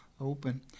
open